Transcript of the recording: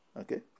Okay